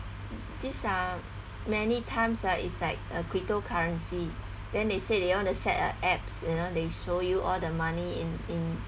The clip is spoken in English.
these are many times ah it's like a cypto currency then they say they want to set a apps you know they show you all the money in in